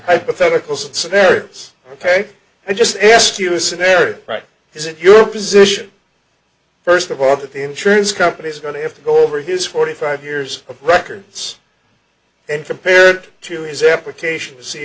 hypothetical scenarios ok i just ask you a scenario right is it your position first of all that the insurance companies are going to have to go over his forty five years of records and compared to his application